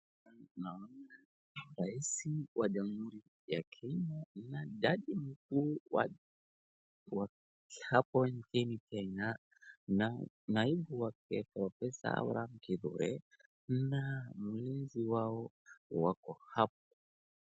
Naona rais wa jamhuri ya Kenya na jaji mkuu wa hapo nchini Kenya na naibu wake wa pesa na mlinzi wao wako hapa.